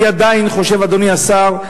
אדוני השר,